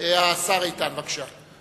השר איתן, בבקשה.